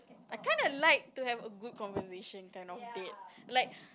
I kinda like to have a good conversation kind of date like